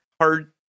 Hard